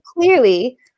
clearly